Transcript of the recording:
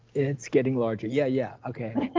it's getting larger, yeah yeah, okay.